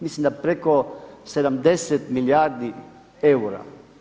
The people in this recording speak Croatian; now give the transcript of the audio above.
Mislim da preko 70 milijardi eura.